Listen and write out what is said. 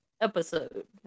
episode